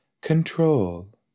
Control